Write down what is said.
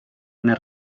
una